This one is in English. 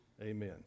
amen